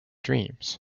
dreams